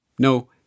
No